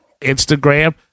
Instagram